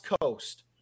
Coast